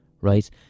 right